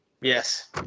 yes